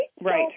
right